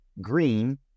green